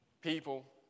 people